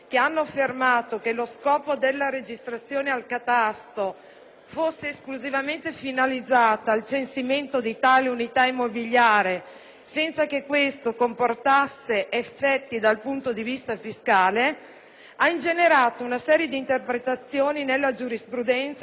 fosse esclusivamente finalizzato al censimento di tali unità immobiliari, senza che ciò comportasse effetti dal punto di vista fiscale - ha ingenerato una serie di interpretazioni della giurisprudenza, che ha dato e continua a dar luogo a contenziosi